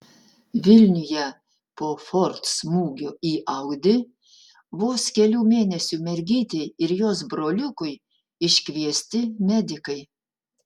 vilniuje po ford smūgio į audi vos kelių mėnesių mergytei ir jos broliukui iškviesti medikai